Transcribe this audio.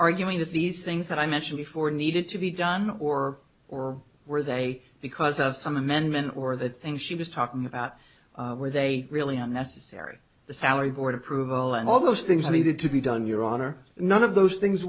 arguing that these things that i mentioned before needed to be done or or where they because of some amendment or the things she was talking about where they really are necessary the salary board approval and all those things needed to be done your honor none of those things